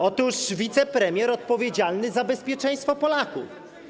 Otóż wicepremier odpowiedzialny za bezpieczeństwo Polaków.